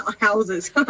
houses